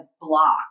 block